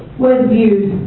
was viewed